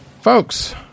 folks